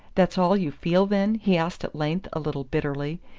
that's all you feel, then? he asked at length a little bitterly,